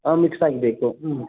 ಹಾಂ ಮಿಕ್ಸಾಗಿ ಬೇಕು ಹ್ಞೂ